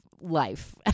life